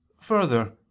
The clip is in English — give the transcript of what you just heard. Further